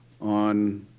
on